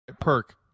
Perk